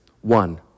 One